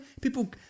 People